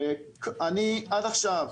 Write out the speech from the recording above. אני עד עכשיו,